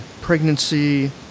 pregnancy